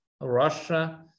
russia